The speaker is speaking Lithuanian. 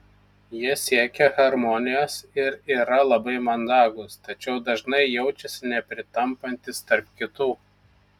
jie siekia harmonijos ir yra labai mandagūs tačiau dažnai jaučiasi nepritampantys tarp kitų